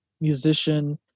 musician